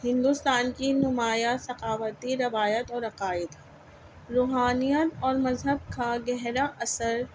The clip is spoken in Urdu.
ہندوستان کی نمایاں ثقافتی روایت اور عقائد روحانیت اور مذہب کا گہرا اثر